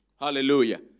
Hallelujah